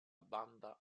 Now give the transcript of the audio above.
banda